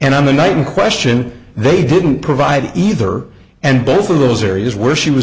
and on the night in question they didn't provide either and both of those areas where she was